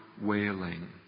wailing